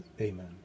Amen